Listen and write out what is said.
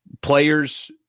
players